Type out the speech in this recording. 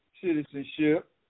citizenship